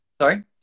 Sorry